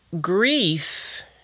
grief